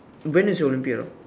when is your Olympiad ah